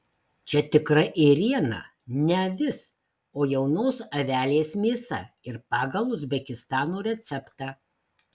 čia tikra ėriena ne avis o jaunos avelės mėsa ir pagal uzbekistano receptą